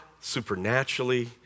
supernaturally